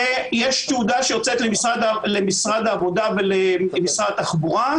יש תעודה שיוצאת למשרד העבודה ולמשרד התחבורה,